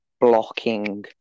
blocking